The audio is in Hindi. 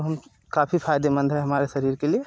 तो हम काफी फायदेमंद है हमारे शरीर के लिए